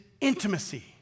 intimacy